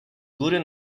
góry